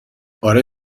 اره